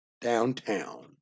downtown